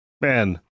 Man